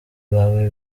bawe